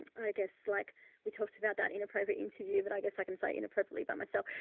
i guess like we talked about that iinappropriate interview, but i guess i can say inappropriately by myself.